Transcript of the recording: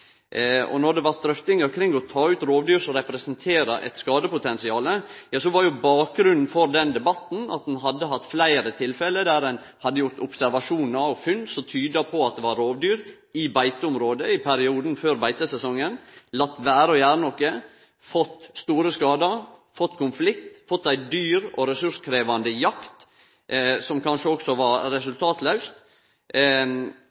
det blei drøftingar kring det å ta ut rovdyr som representerer eit skadepotensial, var bakgrunnen for den debatten at ein hadde hatt fleire tilfelle der ein hadde gjort observasjonar og funn som tydde på at det var rovdyr i beiteområdet i perioden før beitesesongen. Ein kunne late vere å gjere noko, fått store skadar, fått konflikt, fått ei dyr og ressurskrevjande jakt som kanskje òg var